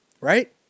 right